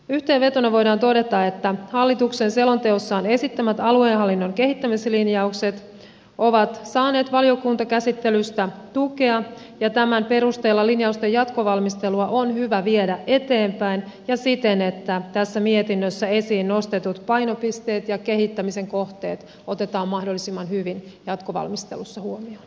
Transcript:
yhteenvetona voidaan todeta että hallituksen selonteossaan esittämät aluehallinnon kehittämislinjaukset ovat saaneet valiokuntakäsittelystä tukea ja tämän perusteella linjausten jatkovalmistelua on hyvä viedä eteenpäin ja siten että tässä mietinnössä esiin nostetut painopisteet ja kehittämisen kohteet otetaan mahdollisimman hyvin jatkovalmistelussa huomioon